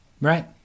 right